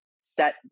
set